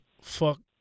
fuck